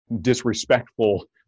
disrespectful